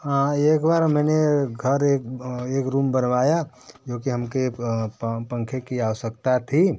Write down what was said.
हाँ एक बार मैंने घर एक एक रूम बनवाया जो कि हमके पंखे की आवश्यकता थी